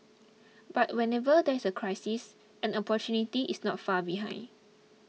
but whenever there is a crisis an opportunity is not far behind